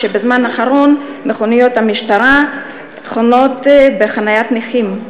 שבזמן אחרון מכוניות המשטרה חונות בחניית נכים?